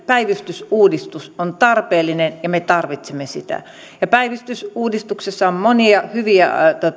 päivystysuudistus on tarpeellinen ja me tarvitsemme sitä päivystysuudistuksessa on monia hyviä